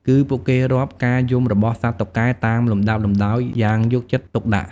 គឺពួកគេរាប់ការយំរបស់សត្វតុកែតាមលំដាប់លំដោយយ៉ាងយកចិត្តទុកដាក់។